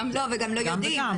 לא, וגם לא יודעים.